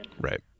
Right